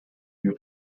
you